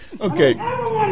Okay